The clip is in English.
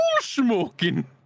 smoking